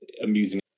amusing